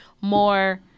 more